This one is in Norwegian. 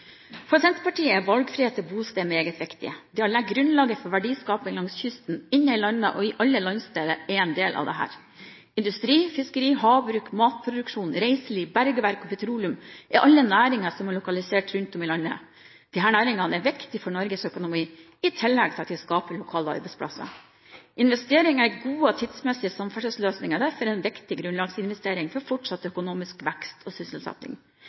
For Senterpartiet er valgfrihet til bosted meget viktig. Det å legge grunnlaget for verdiskaping langs kysten, inne i landet og i alle landsdeler er en del av dette. Industri, fiskeri, havbruk, matproduksjon, reiseliv, bergverk og petroleum er alle næringer som er lokalisert rundt om i landet. Disse næringene er viktige for Norges økonomi i tillegg til at de skaper lokale arbeidsplasser. Investeringer i gode og tidsmessige samferdselsløsninger er derfor en viktig grunnlagsinvestering for fortsatt økonomisk vekst og sysselsetting.